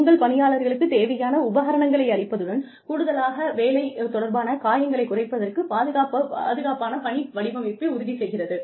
உங்கள் பணியாளர்களுக்கு தேவையான உபகரணங்களை அளிப்பதுடன் கூடுதலாக வேலை தொடர்பான காயங்களைக் குறைப்பதற்கு பாதுகாப்பான பணி வடிவமைப்பை உறுதி செய்கிறது